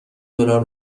دلار